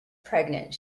pregnant